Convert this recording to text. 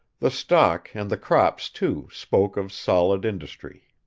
the stock and the crops, too, spoke of solid industry.